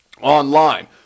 online